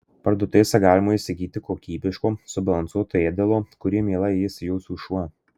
parduotuvėse galima įsigyti kokybiško subalansuoto ėdalo kurį mielai ės jūsų šuo